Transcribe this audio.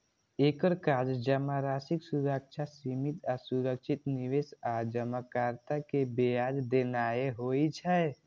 एकर काज जमाराशिक सुरक्षा, सीमित आ सुरक्षित निवेश आ जमाकर्ता कें ब्याज देनाय होइ छै